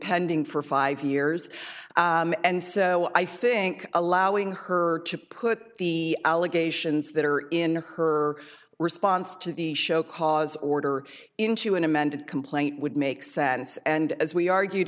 pending for five years and so i think allowing her to put the allegations that are in her response to the show cause order into an amended complaint would make sense and as we argued